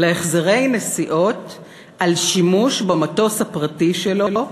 אלא החזרי נסיעות על שימוש במטוס הפרטי שלו,